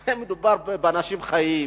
הרי מדובר באנשים חיים,